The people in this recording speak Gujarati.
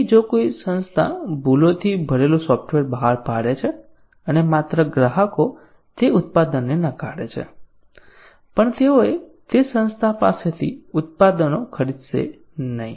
જો કોઈ સંસ્થા ભૂલોથી ભરેલું સોફ્ટવેર બહાર પાડે છે અને માત્ર ગ્રાહકો તે ઉત્પાદનને નકારે છે પણ તેઓ તે સંસ્થા પાસેથી ઉત્પાદનો ખરીદશે નહીં